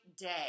day